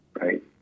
Right